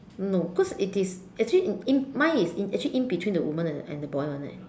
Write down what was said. no cause it is actually mine is actually in between the women and the boy [one] leh